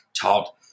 taught